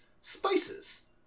spices